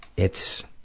it's.